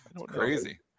crazy